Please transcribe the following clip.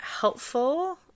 helpful